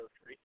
surgery